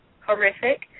horrific